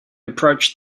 approached